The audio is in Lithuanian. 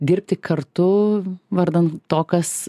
dirbti kartu vardan to kas